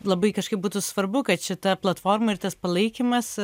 labai kažkaip būtų svarbu kad šita platforma ir tas palaikymas